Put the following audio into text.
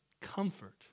comfort